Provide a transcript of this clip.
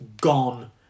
gone